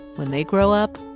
when they grow up,